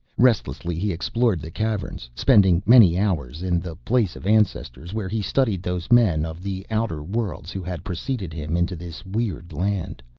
restlessly, he explored the caverns, spending many hours in the place of ancestors, where he studied those men of the outer world who had preceded him into this weird land.